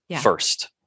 first